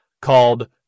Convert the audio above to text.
called